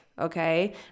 okay